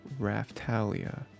Raftalia